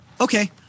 Okay